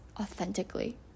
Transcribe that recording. authentically